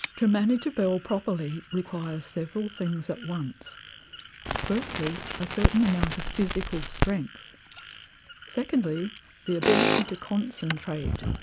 to manage a bell properly requires several things at once firstly a certain amount of physical strength secondly the ability to concentrate,